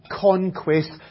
conquest